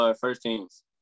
first-teams